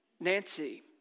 Nancy